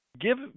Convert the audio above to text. give